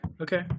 okay